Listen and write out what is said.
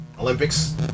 Olympics